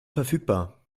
verfügbar